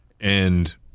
and-